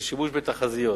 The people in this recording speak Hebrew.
לשימוש בתחזיות,